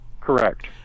Correct